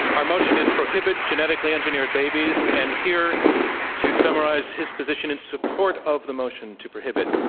our motion is, prohibit genetically engineered babies. and here to summaries his position in support of the motion to prohibit,